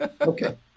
Okay